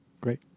Great